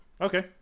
okay